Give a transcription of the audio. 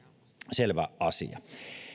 selvä asia